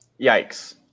Yikes